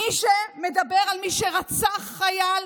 מי שמדבר על מי שרצח חייל,